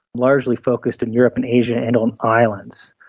largely focused in europe and asia and on islands.